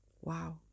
wow